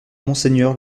monseigneur